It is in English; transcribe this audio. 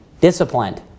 disciplined